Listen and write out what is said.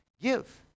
give